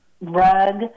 rug